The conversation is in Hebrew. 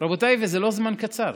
רבותיי, וזה לא זמן קצר,